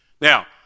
Now